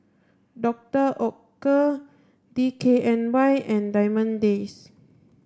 Doctor Oetker D K N Y and Diamond Days